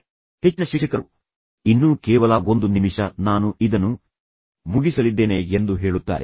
ಹೆಚ್ಚಿನ ಶಿಕ್ಷಕರು ಮಾಡಲು ಪ್ರಯತ್ನಿಸುವಂತೆ ಹೇಳುವ ಈ ತಪ್ಪನ್ನು ಎಂದಿಗೂ ಮಾಡಬೇಡಿ ಅವರು ಇನ್ನೂ ಕೇವಲ 1 ನಿಮಿಷ ನಾನು ಇದನ್ನು ಮುಗಿಸಲಿದ್ದೇನೆ ಎಂದು ಹೇಳುತ್ತಾರೆ